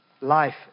life